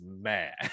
mad